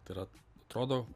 tai yra atrodo